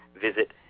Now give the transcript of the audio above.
visit